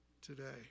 today